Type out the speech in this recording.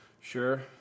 Sure